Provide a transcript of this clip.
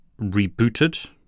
rebooted